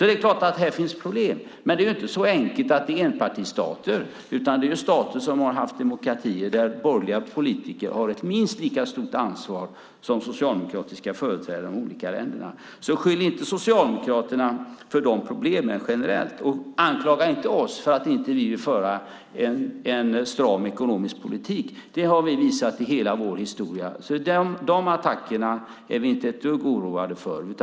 Det finns alltså problem i många länder, och de är inte enpartistater utan demokratiska länder där borgerliga partier har ett minst lika stort ansvar som socialdemokratiska företrädare. Beskyll inte socialdemokraterna för de problemen generellt! Anklaga inte oss för att inte vilja föra en stram ekonomisk politik. Det har vi velat i hela vår historia. De attackerna är vi inte ett dugg oroade för.